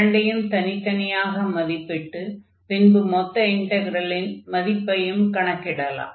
இரண்டையும் தனித்தனியாக மதிப்பிட்டு பின்பு மொத்த இன்டக்ரலின் மதிப்பையும் கணக்கிடலாம்